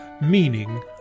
meaning